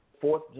fourth –